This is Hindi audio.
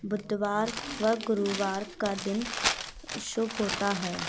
बुधवार व गुरुवार का दिन शुभ होता है